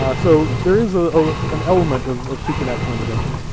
ah so there is ah an element of of supernatural intervention.